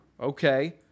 Okay